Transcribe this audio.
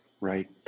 Right